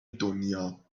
دنیام